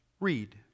read